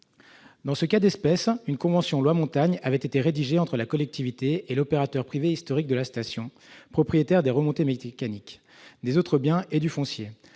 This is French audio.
Dans ce cas d'espèce, une convention « loi Montagne » avait été rédigée entre la collectivité et l'opérateur privé historique de la station, propriétaire des remontées mécaniques, des autres biens et du foncier.